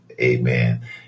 Amen